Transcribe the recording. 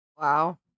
Wow